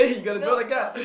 no no